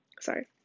sorry